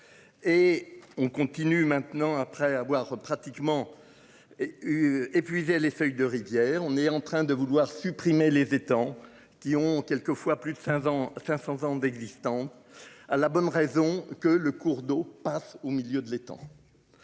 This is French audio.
Et on continue maintenant après avoir pratiquement et. Épuisé les feuilles de rivière. On est en train de vouloir supprimer les étangs qui ont quelques fois, plus de 5 ans, 500 ans d'existence à la bonne raison que le cours d'eau passe au milieu de l'étang.